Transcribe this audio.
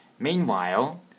Meanwhile